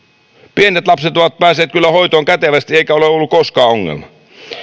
pienet lapset ovat päässeet kyllä hoitoon kätevästi eikä ole ollut koskaan ongelmaa